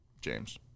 James